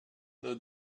though